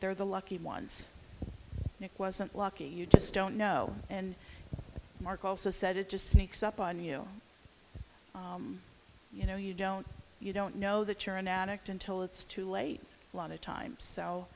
they're the lucky ones nick wasn't lucky you just don't know and mark also said it just sneaks up on you you know you don't you don't know that you're an addict until it's too late a lot of times so